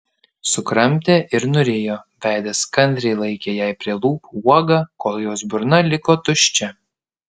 sukramtė ir nurijo veidas kantriai laikė jai prie lūpų uogą kol jos burna liko tuščia